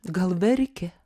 gal verkė